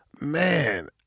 man